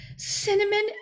Cinnamon